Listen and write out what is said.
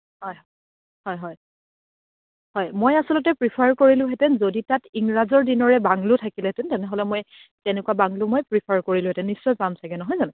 হয় হয় হয় হয় মই আছলতে প্ৰীফাৰ কৰিলোহেঁতেন যদি তাত ইংৰাজৰ দিনৰে বাংলো থাকিলেহেঁতেন তেনেহ'লে মই তেনেকুৱা বাংলো মই প্ৰীফাৰ কৰিলোহেঁতেন নিশ্চয় পাম ছাগে নহয় জানো